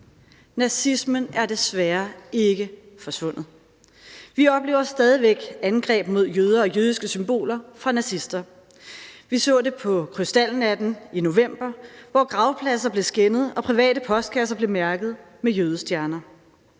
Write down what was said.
Nazismen er desværre ikke forsvundet. Vi oplever stadig væk angreb mod jøder og jødiske symboler fra nazister. Vi så det på krystalnatten i november, hvor gravpladser blev skændet og private postkasser blev mærket med jødestjerner.